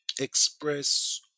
express